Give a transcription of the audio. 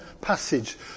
passage